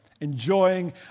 enjoying